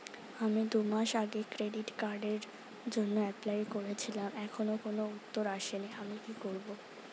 আমি দুমাস আগে ক্রেডিট কার্ডের জন্যে এপ্লাই করেছিলাম এখনো কোনো উত্তর আসেনি আমি কি করব?